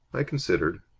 i considered.